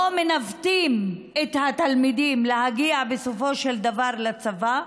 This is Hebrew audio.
לא מנווטים את התלמידים להגיע בסופו של דבר לצבא?